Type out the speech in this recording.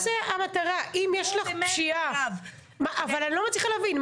אני לא מצליחה להבין.